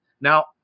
Now